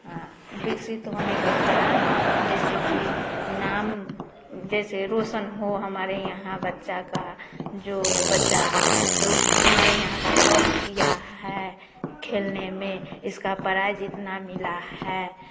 विकसित होने के कारण जैसे की नाम जैसे रोशन हो हमारे यहाँ बच्चा का जो बच्चा रो हमारे यहाँ का टॉप किया है खेलने में इसका प्राइज इतना मिला है